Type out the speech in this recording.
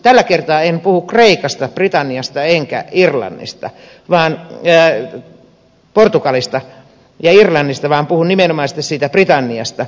tällä kertaa en puhu kreikasta portugalista enkä irlannista vaan nimenomaisesti siitä britanniasta